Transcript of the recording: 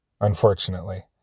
unfortunately